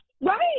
Right